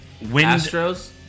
Astros